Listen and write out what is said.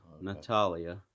Natalia